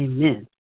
Amen